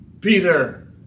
Peter